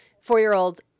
four-year-olds